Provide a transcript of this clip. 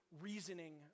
reasoning